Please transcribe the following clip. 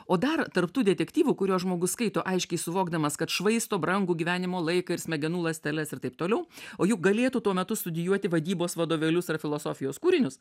o dar tarp tų detektyvų kuriuos žmogus skaito aiškiai suvokdamas kad švaisto brangų gyvenimo laiką ir smegenų ląsteles ir taip toliau o juk galėtų tuo metu studijuoti vadybos vadovėlius ar filosofijos kūrinius